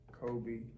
Kobe